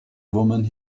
woman